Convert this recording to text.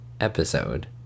episode